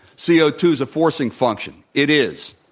c o two is a forcing function. it is.